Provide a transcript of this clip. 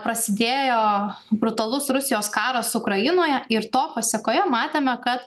prasidėjo brutalus rusijos karas ukrainoje ir to pasekoje matėme kad